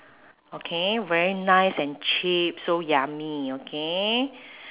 okay very nice and cheap so yummy okay